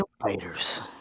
Fighters